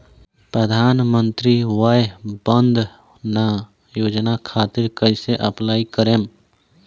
प्रधानमंत्री वय वन्द ना योजना खातिर कइसे अप्लाई करेम?